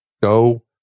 go